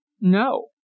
No